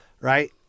Right